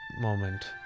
moment